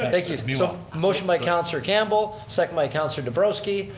ah thank you. i mean so motion by councilor campbell. second by councilor nabrowski.